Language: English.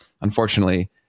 unfortunately